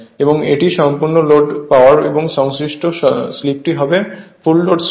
এবং এটি সম্পূর্ণ লোড পাওয়ার এবং সংশ্লিষ্ট স্লিপটি হবে ফুল লোড স্লিপ